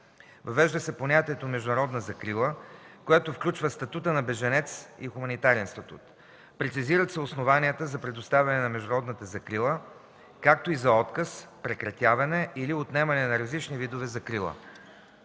Въвежда се понятието „международна закрила”, което включва статут на бежанец и хуманитарен статут. Прецизират се основанията за предоставяне на международна закрила, както и за отказ, прекратяване и отнемане на различните видове закрила.